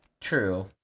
True